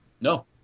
No